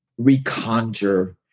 reconjure